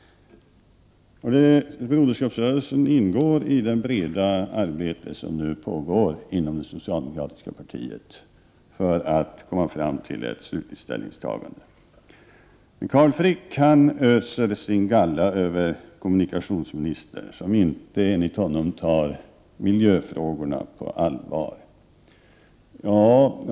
Broderskapsrörelsen deltar i det breda arbete som nu pågår inom det socialdemokratiska partiet för att komma fram till ett slutligt ställningstagande. Carl Frick öser sin galla över kommunikationsministern, som enligt honom inte tar miljöfrågorna på allvar.